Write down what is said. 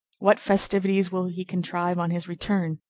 what festivities will he contrive on his return,